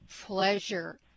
pleasure